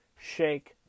shake